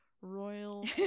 royal